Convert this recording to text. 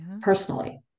personally